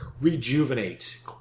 rejuvenate